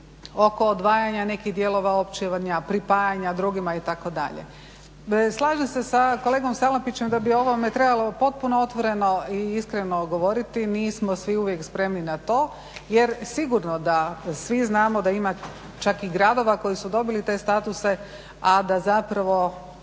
oko odvajanja nekih dijelova općevanja, pripajanja drugima itd. Slažem se sa kolegom Salapićem da bi ovome trebalo potpuno otvoreno i iskreno govoriti. Nismo svi uvijek spremni na to jer sigurno da svi znamo da ima čak i gradova koji su dobili taj statuse a da zapravo